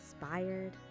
inspired